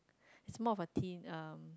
it's more of a thin um